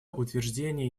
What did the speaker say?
утверждение